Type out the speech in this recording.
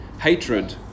hatred